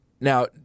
Now